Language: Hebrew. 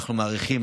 אנחנו מעריכים,